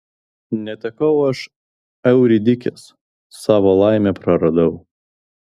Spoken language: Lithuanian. netekau aš euridikės savo laimę praradau